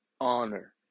honor